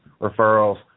referrals